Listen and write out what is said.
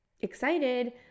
excited